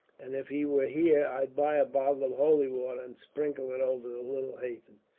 and if he were here, i'd buy a bottle of holy water, and sprinkle it over the little hathen.